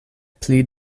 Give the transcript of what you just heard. pli